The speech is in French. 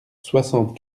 soixante